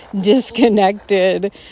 disconnected